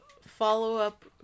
follow-up